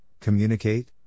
communicate